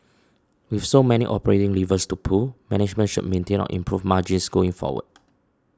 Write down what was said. with so many operating levers to pull management should maintain or improve margins going forward